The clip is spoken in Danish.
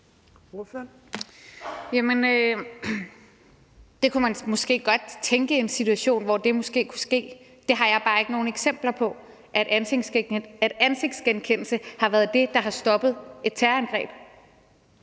man kunne måske godt tænke sig en situation, hvor det måske kunne ske; jeg har bare ikke nogen eksempler på, at ansigtsgenkendelse har været det, der har stoppet et terrorangreb.